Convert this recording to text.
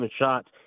shots